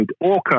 Orca